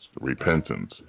repentance